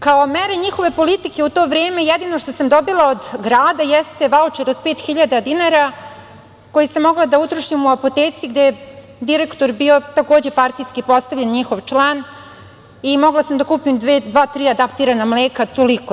Kao mere njihove politike u to vreme jedino što sam dobila od grada jeste vaučer od 5.000 dinara, koji sam mogla da utrošim u apoteci gde je direktor bio, takođe, partijski postavljen, njihov član i mogla sam da kupim dva, tri adaptirana mleka i toliko.